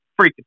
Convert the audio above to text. freaking